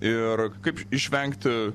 ir kaip išvengti